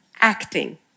acting